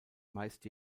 meist